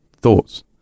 thoughts